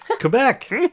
Quebec